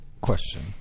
question